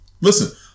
Listen